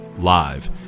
live